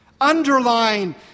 Underline